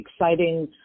exciting